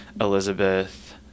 Elizabeth